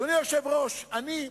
אדוני היושב-ראש, אני,